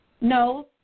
No